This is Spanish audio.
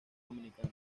dominicana